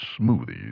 smoothies